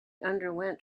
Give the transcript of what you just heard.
underwent